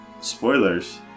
Spoilers